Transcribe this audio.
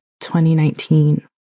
2019